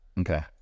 Okay